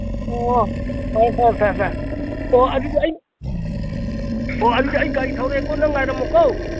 ꯑꯣ ꯐꯔꯦ ꯐꯔꯦ ꯐꯔꯦ ꯐꯔꯦ ꯑꯣ ꯑꯗꯨꯗꯤ ꯑꯩ ꯑꯣ ꯑꯗꯨꯗꯤ ꯑꯩ ꯒꯥꯔꯤ ꯊꯧꯔꯛꯑꯦꯀꯣ ꯅꯪ ꯉꯥꯏꯔꯝꯃꯣꯀꯣ